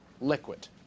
liquid